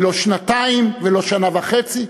ולא שנתיים ולא שנה וחצי,